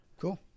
Cool